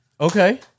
Okay